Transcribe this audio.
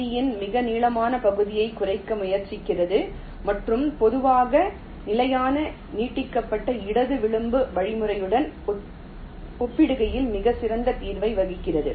G யில் மிக நீளமான பகுதியைக் குறைக்க முயற்சிக்கிறது மற்றும் பொதுவாக நிலையான நீட்டிக்கப்பட்ட இடது விளிம்பு வழிமுறையுடன் ஒப்பிடுகையில் மிகச் சிறந்த தீர்வை வழங்குகிறது